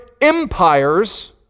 empires